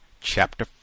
Chapter